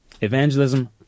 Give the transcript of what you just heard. evangelism